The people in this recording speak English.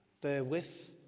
therewith